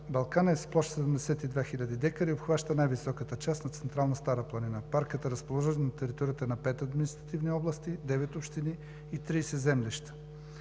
Балкан“ е с площ 72 хиляди декара и обхваща най-високата част на Централна Стара планина. Паркът е разположен на територията на пет административни области, девет общини и тридесет землища.